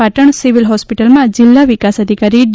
Patan civil હોસ્પિટલમાં જિલ્લા વિકાસ અધિકારી ડી